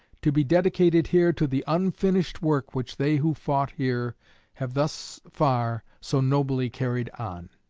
to be dedicated here to the unfinished work which they who fought here have thus far so nobly carried on.